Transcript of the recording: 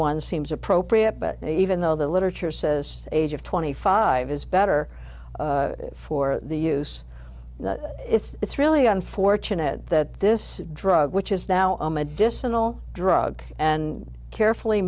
one seems appropriate but even though the literature says age of twenty five is better for the use it's really unfortunate that this drug which is now i'm a disenroll drug and carefully